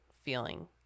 feeling